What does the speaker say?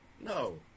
No